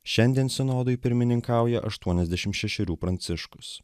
šiandien sinodui pirmininkauja aštuoniasdešim šešerių pranciškus